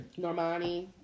Normani